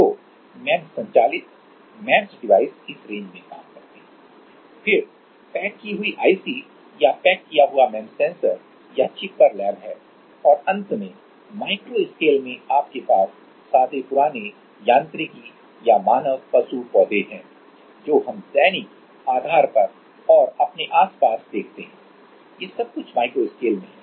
तो एमईएमएस संचालित MEMS device इस रेंज में काम करते हैं फिर पैक की हुई आईसी या पैक किया हुआ एमईएमएस सेंसर या चिप पर लैब है और अंत में माइक्रो स्केल में आपके पास सादे पुराने यांत्रिकी या मानव पशु पौधे हैं जो हम अपने दैनिक आधार पर और अपने आस पास देखते हैं ये सब कुछ माइक्रो स्केल में है